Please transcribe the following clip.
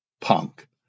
Punk